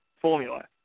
formula